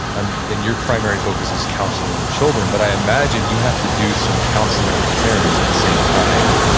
and and your primary focus is counseling children, but i imagine you have to do some counseling with parents at the same time,